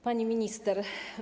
Pani Minister!